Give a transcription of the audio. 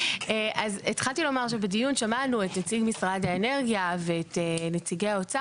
התחלתי לומר שבדיון שמענו ואת נציגי האוצר